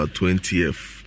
20th